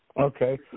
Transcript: Okay